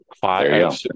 five